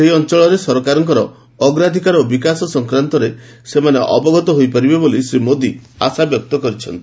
ସେହି ଅଞ୍ଚଳରେ ସରକାରଙ୍କ ଅଗ୍ରାଧିକାର ଓ ବିକାଶ ସଂକ୍ରାନ୍ତରେ ସେମାନେ ଅବଗତ ହୋଇପାରିବେ ବୋଲି ଶ୍ରୀ ମୋଦୀ ଆଶାବ୍ୟକ୍ତ କରିଛନ୍ତି